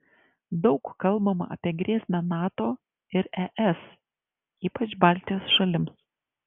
daug kalbama apie grėsmę nato ir es ypač baltijos šalims